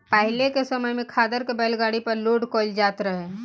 पाहिले के समय में खादर के बैलगाड़ी पर लोड कईल जात रहे